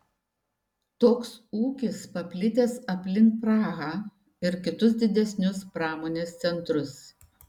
toks ūkis paplitęs aplink prahą ir kitus didesnius pramonės centrus